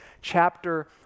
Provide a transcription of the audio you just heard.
chapter